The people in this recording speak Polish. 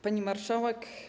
Pani Marszałek!